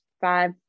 five